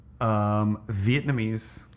Vietnamese